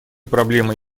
проблемы